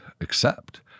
accept